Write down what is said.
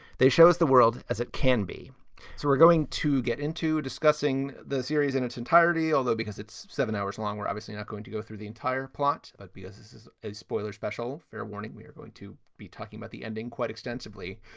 they show us the world as it can be so we're going to get into discussing the series in its entirety, although because it's seven hours long, we're obviously not going to go through the entire plot. but because this is a spoiler, special, fair warning, we are going to be talking about the ending quite extensively.